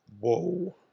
Whoa